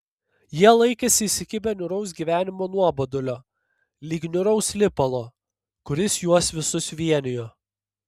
jie laikėsi įsikibę niūraus gyvenimo nuobodulio lyg niūraus lipalo kuris juos visus vienijo